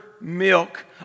milk